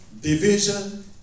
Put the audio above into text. division